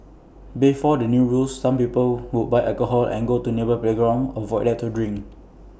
before the new rules some people would buy alcohol and go to A nearby playground or void deck to drink